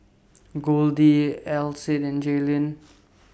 Goldie Alcide and Jaylyn